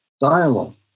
dialogue